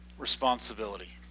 responsibility